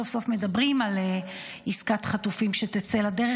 סוף-סוף מדברים על עסקת חטופים שתצא לדרך.